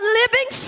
living